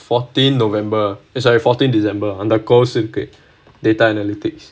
fourteen november eh sorry fourteen december அந்த:antha course இருக்கு:irukku data analytics